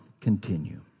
continue